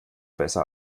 besser